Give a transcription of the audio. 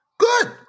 Good